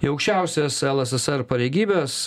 į aukščiausias lssr pareigybes